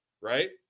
Right